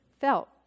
felt